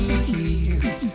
years